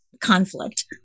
conflict